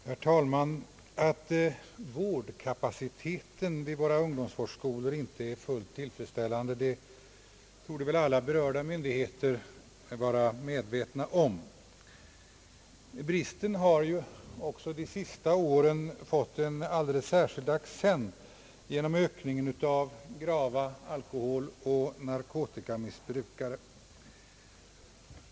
Herr talman! Att vårdkapaciteten vid våra ungdomsvårdsskolor inte är fullt tillfredsställande torde väl alla berörda myndigheter vara medvetna om. Bristen har ju också under de senaste åren fått en alldeles särskild accent genom ökningen av antalet grava alkoholoch narkotikamissbrukare.